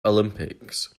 olympics